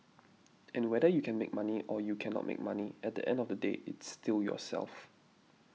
and whether you can make money or you can not make money at the end of the day it's still yourself